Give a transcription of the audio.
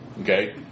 Okay